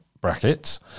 brackets